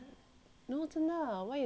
no 真的 why you don't believe me sia